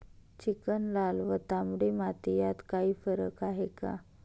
Chicken, लाल व तांबडी माती यात काही फरक आहे का?